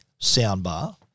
soundbar